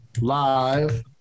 live